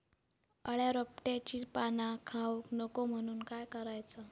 अळ्या रोपट्यांची पाना खाऊक नको म्हणून काय करायचा?